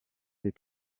des